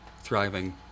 thriving